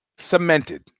Cemented